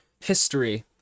History